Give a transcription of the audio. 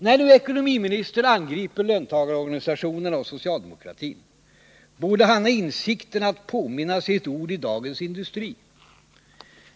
När nu ekonomiministern angriper löntagarorganisationerna och socialdemokratin borde han ha insikten att påminna sig ett ord i Dagens Industri.